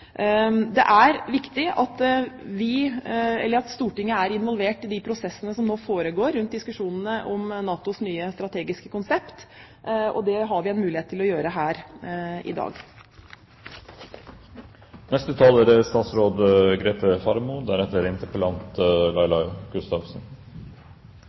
Det er viktig at Stortinget er involvert i prosessene som nå foregår i diskusjonene rundt NATOs nye strategiske konsept, og det har vi en mulighet til her i dag. Det strategiske konsept er